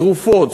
תרופות,